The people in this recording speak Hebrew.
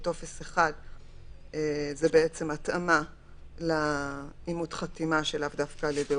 (1) בטופס 1 תחת "ומצרף בזה"